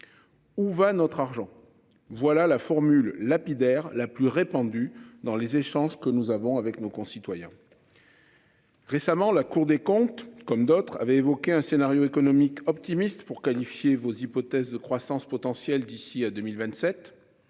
Où va notre argent. Voilà la formule lapidaire, la plus répandue dans les échanges que nous avons avec nos concitoyens. Récemment, la Cour des comptes, comme d'autres, avait évoqué un scénario économique optimiste pour qualifier vos hypothèses de croissance potentielle d'ici à 2027.